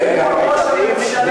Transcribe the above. ראש הממשלה,